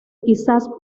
quizás